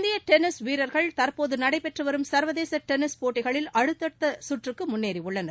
இந்திய டென்னிஸ் வீரர்கள் தற்போது நடைபெற்றுவரும் சர்வதேச டென்னிஸ் போட்டிகளில் அடுத்தடுத்த சுற்றுக்கு முன்னேறியுள்ளனர்